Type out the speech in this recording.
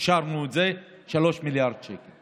אישרנו את זה, 3 מיליארד שקל.